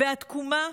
והתקומה,